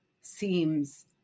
seems